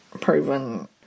proven